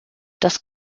das